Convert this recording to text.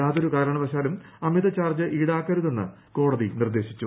യാതൊരു കാരണവശാലും അമിത ചാർജ് ഈടാക്കരുതെന്ന് കോടതി നിർദ്ദേശിച്ചു